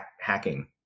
hacking